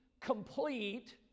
complete